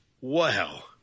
Wow